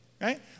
right